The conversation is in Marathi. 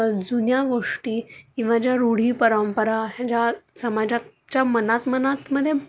जुन्या गोष्टी किंवा ज्या रूढी परंपरा ह्या ज्या समाजाच्या मनात मनामध्ये